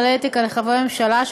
כללי אתיקה לחברי הממשלה),